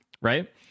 right